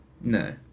No